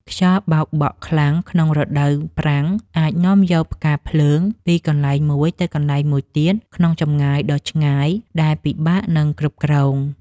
ខ្យល់បោកបក់ខ្លាំងក្នុងរដូវប្រាំងអាចនាំយកផ្កាភ្លើងពីកន្លែងមួយទៅកន្លែងមួយទៀតក្នុងចម្ងាយដ៏ឆ្ងាយដែលពិបាកនឹងគ្រប់គ្រង។